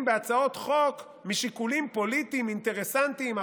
בהצעות חוק משיקולים פוליטיים אינטרסנטיים,